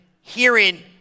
hearing